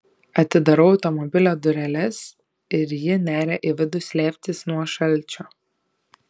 atidarau automobilio dureles ir ji neria į vidų slėptis nuo šalčio